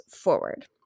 forward